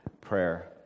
prayer